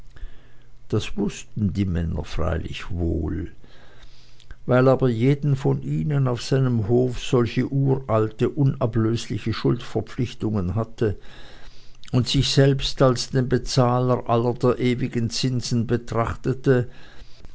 das wußten die männer freilich wohl weil aber jeder von ihnen auf seinem hofe solche uralte unablösliche schuldverpflichtungen hatte und sich selbst als den bezahler aller der ewigen zinsen betrachtete